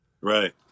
right